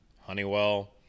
Honeywell